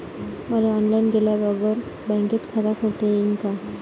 मले ऑनलाईन गेल्या बगर बँकेत खात खोलता येईन का?